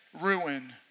ruin